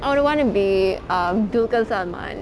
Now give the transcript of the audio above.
I would want to be um dulquer salmaan